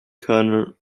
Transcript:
colonel